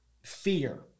fear